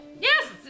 yes